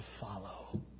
follow